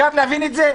אפשר להבין את זה?